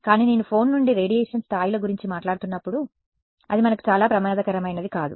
కానీ నేను ఫోన్ నుండి రేడియేషన్ స్థాయిల గురించి మాట్లాడుతున్నప్పుడు అది సరే అది మనకు చాలా ప్రమాదకరమైనది కాదు